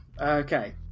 Okay